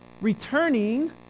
returning